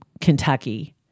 Kentucky